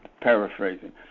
paraphrasing